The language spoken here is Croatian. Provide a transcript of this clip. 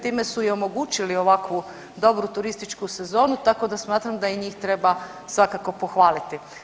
Time su i omogućili ovakvu dobru turističku sezonu, tako da smatram da i njih treba svakako pohvaliti.